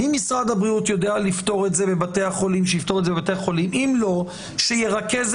אם הרישום נשאר בבית החולים אבל מעבירים את